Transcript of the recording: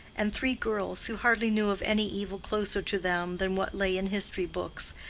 and three girls who hardly knew of any evil closer to them than what lay in history-books,